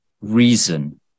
reason